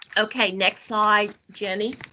okay, next slide, jenny.